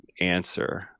answer